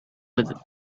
with